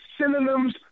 synonyms